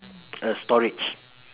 a storage